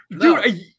Dude